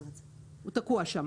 הוא תקוע שם.